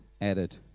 added